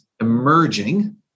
emerging